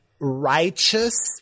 righteous